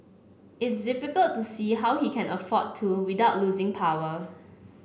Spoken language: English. it's difficult to see how he can afford to without losing power